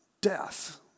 death